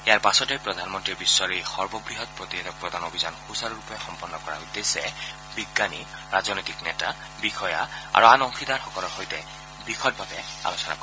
ইয়াৰ পাছতেই প্ৰধানমন্ত্ৰীয়ে বিশ্বৰ এই সৰ্ববৃহৎ প্ৰতিষেধক প্ৰদান অভিযান সুচাৰু ৰূপে সম্পন্ন কৰাৰ উদ্দেশ্যে বিজ্ঞানী ৰাজনৈতিক নেতা বিষয়া আৰু আন অংশীদাৰসকলৰ সৈতে বিশদভাৱে আলোচনা কৰিব